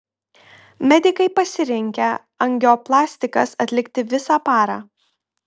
medikai pasirengę angioplastikas atlikti visą parą